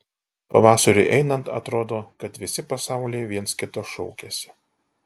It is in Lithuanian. pavasariui einant atrodo kad visi pasaulyje viens kito šaukiasi